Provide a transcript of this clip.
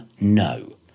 no